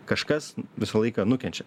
kažkas visą laiką nukenčia